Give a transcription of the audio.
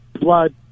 blood